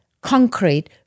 concrete